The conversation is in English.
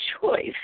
choice